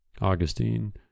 Augustine